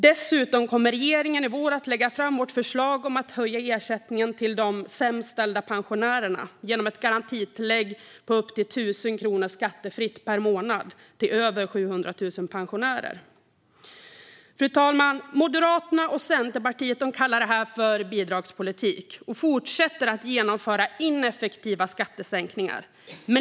Dessutom kommer regeringen i vår att lägga fram vårt förslag om att höja ersättningen till de pensionärer som har det sämst ställt genom ett garantitillägg på upp till 1 000 kronor skattefritt per månad till över 700 000 pensionärer. Fru talman! Moderaterna och Centerpartiet kallar det här för bidragspolitik och fortsätter genomföra ineffektiva skattesänkningar.